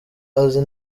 azi